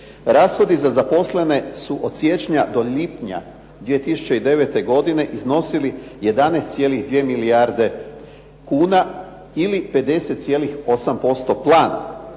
Rashodi za zaposlene su od siječnja do lipnja 2009. godine iznosili 11,2 milijarde kuna ili 50,8% plan.